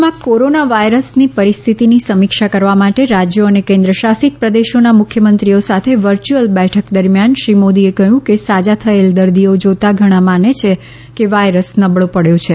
દેશમાં corona virus પરિસ્થિતિની સમીક્ષા કરવા માટે રાજ્યો અને કેન્દ્રશાસિત પ્રદેશોના મુખ્યમંત્રીઓ સાથેની વર્ચ્યુઅલ બેઠક દરમિયાન શ્રી મોદીએ કહ્યું કે સાજા થયેલ દર્દીઓ જોતા ઘણા માને છે કે વાયરસ નબળો પડ્યો છે